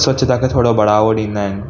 स्वछता खे थोरो बढ़ावो ॾींदा आहिनि